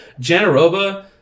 Janaroba